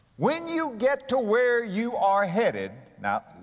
when you get to where you are headed, now,